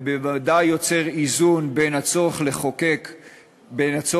ובוודאי יוצר איזון בין הצורך לחזק מבנה